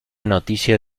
noticia